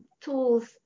tools